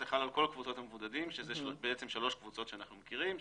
זה חל על כל קבוצות המבודדים שאלה בעצם שלוש קבוצות שאנחנו מכירים,